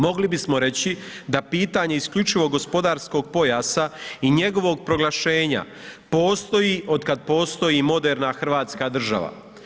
Mogli bismo reći i da pitanje isključivog gospodarskog pojasa i njegovog proglašenja postoji od kada postoji moderna Hrvatska država.